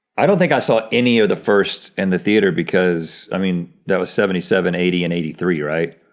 i don't think i saw any of the first in the theater because, i mean, that was seventy seven, eighty, and eighty three, right?